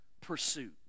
pursuit